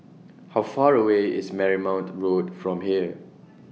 How Far away IS Marymount Road from here